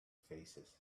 faces